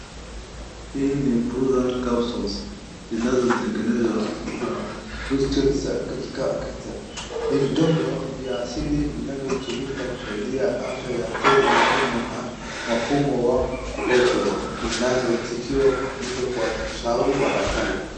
Hii ni Prucan Capsules zinazotengenezwa kwa Prunus africana Extract . Ni vidonge vya asili vinavyotumika kusaidia afya ya tezi dume na mfuko wa mkojo zinazotakiwa kutumika kwa ushauri wa daktari.